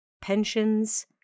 pensions